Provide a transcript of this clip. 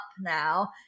now